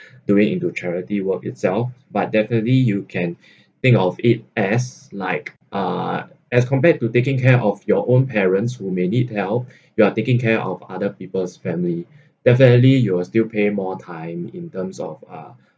doing into charity work itself but definitely you can think of it as like uh as compared to taking care of your own parents who may need help you are taking care of other people's family definitely you will still pay more time in terms of uh